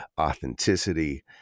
authenticity